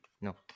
no